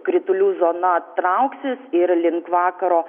kritulių zona trauksis ir link vakaro